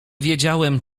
wiedziałem